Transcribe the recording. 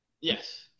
Yes